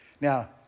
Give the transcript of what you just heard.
Now